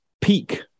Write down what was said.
Peak